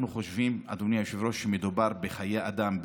אנחנו חושבים, אדוני היושב-ראש, שמדובר בחיי אדם.